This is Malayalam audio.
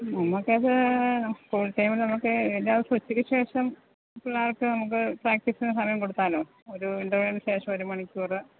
നമുക്ക് അത് ഫുൾടൈമ് നമുക്ക് എല്ലാദിവസവും ഉച്ചക്കുശേഷം പിള്ളേർക്ക് നമുക്ക് പ്രാക്ടീസിന് സമയം കൊടുത്താലോ ഒരു ഇൻറ്റർവെല്ലിന് ശേഷം ഒരു മണിക്കൂറ്